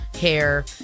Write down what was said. hair